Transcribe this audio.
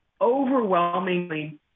overwhelmingly